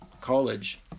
college